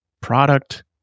product